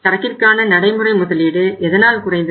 சரக்கிற்கான நடைமுறை முதலீடு எதனால் குறைந்தது